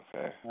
Okay